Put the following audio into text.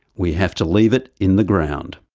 we have to leave it in the ground.